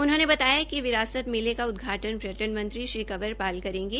उन्होंने बतायाकि विरासत मेले का उदघाटन पर्यटन मंत्री श्री कंवल पाल करेंगे